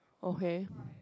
okay